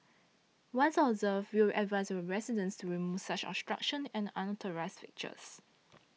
once observed we will advise our residents to remove such obstruction and unauthorised fixtures